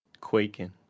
Quaking